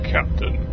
Captain